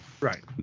right